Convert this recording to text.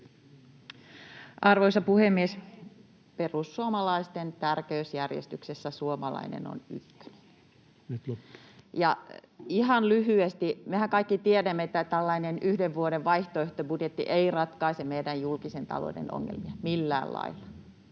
Arvoisa puhemies! Perussuomalaisten tärkeysjärjestyksessä suomalainen on ykkönen. Ja ihan lyhyesti: Mehän kaikki tiedämme, että tällainen yhden vuoden vaihtoehtobudjetti ei ratkaise meidän julkisen talouden ongelmia millään lailla.